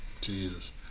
Jesus